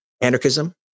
anarchism